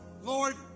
Lord